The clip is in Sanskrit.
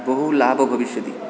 बहुलाभः भविष्यति